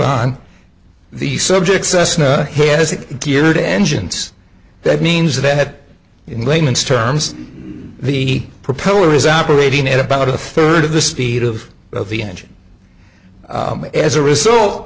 on the subject cessna has geared engines that means the dead in layman's terms the propeller is operating at about a third of the speed of the engine as a result